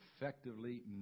effectively